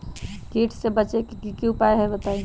कीट से बचे के की उपाय हैं बताई?